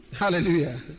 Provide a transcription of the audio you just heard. hallelujah